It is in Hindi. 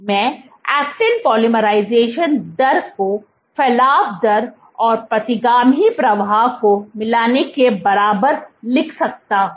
मैं एक्टिन पोलीमराइज़ेशन दर को फलाव दर और प्रतिगामी प्रवाह को मिलाने के बराबर लिख सकता हूं